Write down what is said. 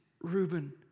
Reuben